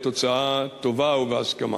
לתוצאה טובה ובהסכמה.